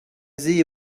sie